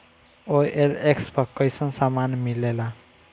OLX पर कइसन सामान मीलेला?